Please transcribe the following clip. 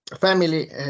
family